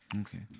Okay